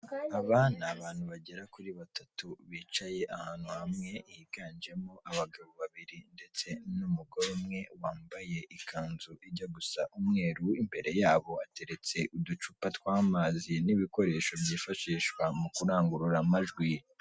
Aba ni abantu bagera kuri batatu bicaye ahantu hamwe higanjemo abagabo babiri ndetse n'umugore umwe wambaye ikanzu ijya gusa umweru imbere yabo hateretse uducupa tw'amazi n'ibikoresho byifashishwa mu kurangurura amajwi.